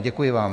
Děkuji vám.